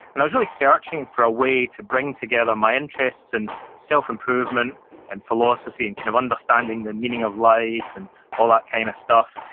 and i was really searching for a way to bring together my interests in self-improvement and philosophy, and kind of understanding the meaning of life, and all that kind of stuff.